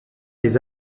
des